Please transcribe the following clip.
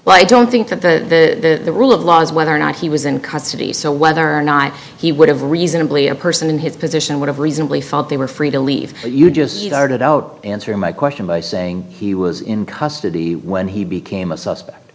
but i don't think that the rule of law is whether or not he was in custody so whether or not he would have reasonably a person in his position would have reasonably thought they were free to leave but you just started out answering my question by saying he was in custody when he became a suspect